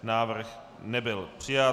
Návrh nebyl přijat.